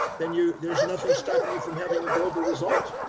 then you, there's nothing stopping you from having a global result.